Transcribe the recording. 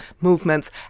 movements